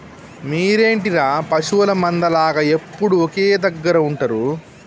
మీరేంటిర పశువుల మంద లాగ ఎప్పుడు ఒకే దెగ్గర ఉంటరు